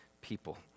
people